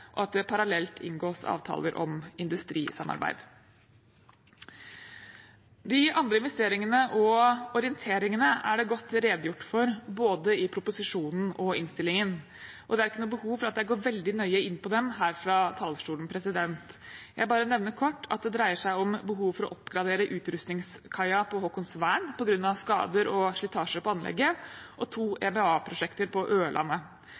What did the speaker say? og at det parallelt inngås avtaler om industrisamarbeid. De andre investeringene og orienteringene er det godt redegjort for i både proposisjonen og innstillingen, og det er ikke noe behov for at jeg går veldig nøye inn på dem fra talerstolen. Jeg nevner kort at det dreier seg om behov for å oppgradere utrustningskaia på Haakonsvern på grunn av skader og slitasje på anlegget og to EBA-prosjekter på Ørlandet: